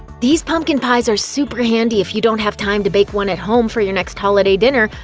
these pumpkin pies are super handy if you don't have time to bake one at home for your next holiday dinner,